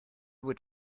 would